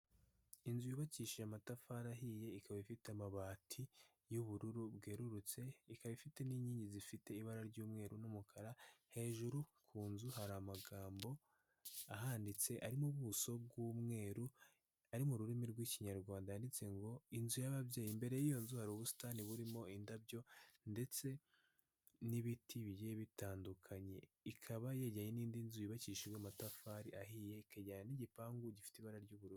Inzu yubakishije amatafari ahiye, ikaba ifite amabati y'ubururu bwerurutse, ikaba ifite n'inkingi zifite ibara ry'umweru n'umukara, hejuru ku nzu hari amagambo ahanditse ari mu buso bw'umweru, ari mu rurimi rw'ikinyarwanda yanditseho ngo "inzu y'ababyeyi", imbere y'iyo nzu hari ubusitani burimo indabyo ndetse n'ibiti bigiye bitandukanye. Ikaba yejyaranye n'indi nzu yubakishije amatafari ahiye, ikagerana n'igipangu gifite ibara ry'ubururu.